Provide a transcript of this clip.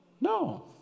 No